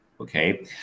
okay